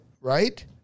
right